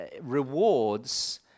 Rewards